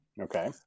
Okay